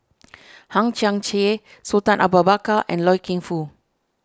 Hang Chang Chieh Sultan Abu Bakar and Loy Keng Foo